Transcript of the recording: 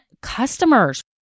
customers